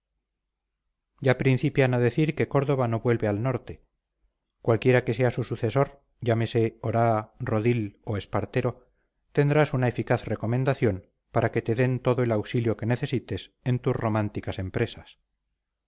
ya principian a decir que córdoba no vuelve al norte cualquiera que sea su sucesor llámese oraa rodil o espartero tendrás una eficaz recomendación para que te den todo el auxilio que necesites en tus románticas empresas